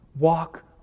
Walk